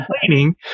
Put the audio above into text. complaining